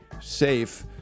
safe